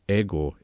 ego